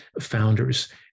founders